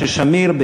ששמיר,